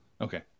Okay